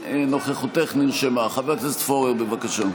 ושם ניסה ככל יכולתו להשפיע ולהוביל כלכלה